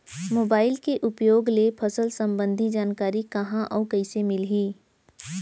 Mobile के उपयोग ले फसल सम्बन्धी जानकारी कहाँ अऊ कइसे मिलही?